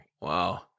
Wow